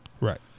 Right